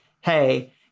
hey